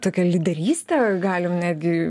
tokią lyderystę galim netgi